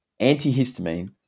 antihistamine